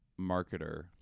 marketer